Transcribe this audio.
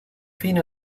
fin